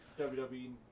WWE